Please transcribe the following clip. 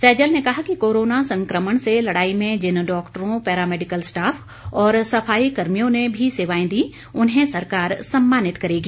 सैजल ने कहा कि कोरोना संक्रमण से लड़ाई में जिन डाक्टरों पैरामेडिकल स्टाफ और सफाई कर्मियों ने भी सेवाएं दी उन्हें सरकार सम्मानित करेगी